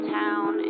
town